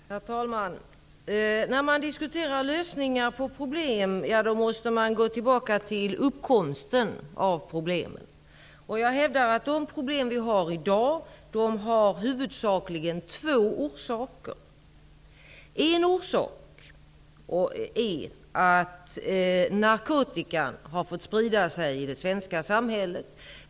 Herr talman! När man diskuterar lösningar på problem måste man gå tillbaka till uppkomsten av problemen. Jag hävdar att de problem som finns i dag huvudsakligen har två orsaker. Den ena orsaken är att narkotikan har fått sprida sig i det svenska samhället.